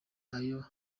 ayo